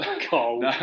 Cold